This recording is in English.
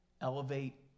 Elevate